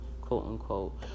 quote-unquote